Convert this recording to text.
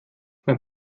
mein